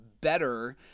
better